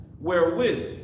wherewith